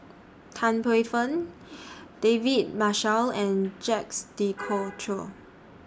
Tan Paey Fern David Marshall and Jacques De Coutre